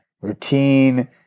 Routine